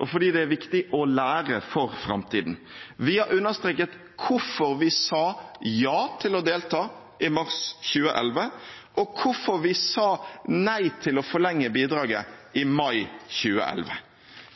og fordi det er viktig å lære for framtiden. Vi har understreket hvorfor vi sa ja til å delta i mars 2011, og hvorfor vi sa nei til å forlenge bidraget i mai 2011.